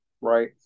right